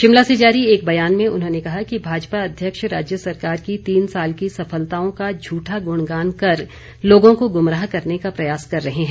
शिमला से जारी एक बयान में उन्होंने कहा कि भाजपा अध्यक्ष राज्य सरकार की तीन साल की सफलताओं का झूठा गुणगान कर लोगों को गुमराह करने का प्रयास कर रहे हैं